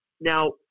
Now